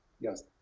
Yes